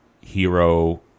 hero